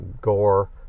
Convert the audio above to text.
Gore